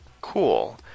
Cool